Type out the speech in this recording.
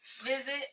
Visit